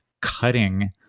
cutting